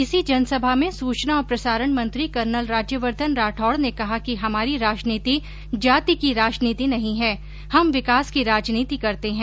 इसी जनसभा में सूचना और प्रसारण मंत्री कर्नल राज्यवर्द्वन राठौड ने कहा कि हमारी राजनीति जाति की राजनीति नहीं है हम विकास की राजनीति करते है